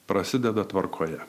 prasideda tvarkoje